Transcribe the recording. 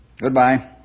Goodbye